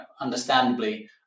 understandably